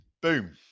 boom